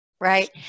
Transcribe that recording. right